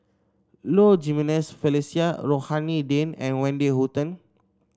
Low Jimenez Felicia Rohani Din and Wendy Hutton